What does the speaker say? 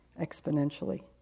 exponentially